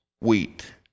wheat